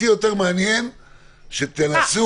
אותי יותר מעניין שתנסו --- מה,